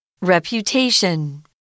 Reputation